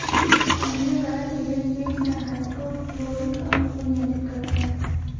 अम्लीयकरण एजेंट पेट में हाइड्रोक्लोरिक अम्ल को नियंत्रित करता है